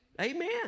Amen